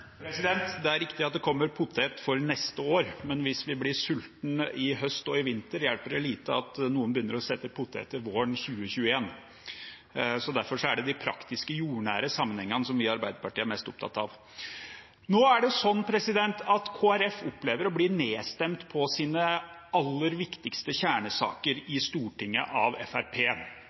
Det er riktig at det kommer poteter til neste år, men hvis vi blir sultne i høst og i vinter, hjelper det lite at noen begynner å sette poteter våren 2021. Derfor er det de praktiske og jordnære sammenhengene som vi i Arbeiderpartiet er mest opptatt av. Nå opplever Kristelig Folkeparti å bli nedstemt i sine aller viktigste kjernesaker i Stortinget ved hjelp av